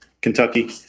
Kentucky